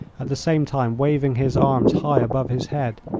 at the same time waving his arms high above his head.